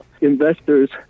investors